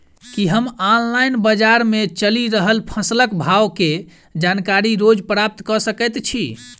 की हम ऑनलाइन, बजार मे चलि रहल फसलक भाव केँ जानकारी रोज प्राप्त कऽ सकैत छी?